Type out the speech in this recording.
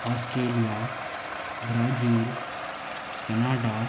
Australia Brazil Canada